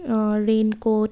raincoat